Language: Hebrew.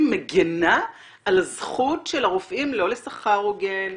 מגנה על זכות של הרופאים לא לשכר הוגן,